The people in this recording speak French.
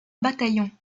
bataillon